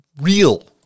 real